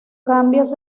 cambios